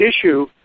issue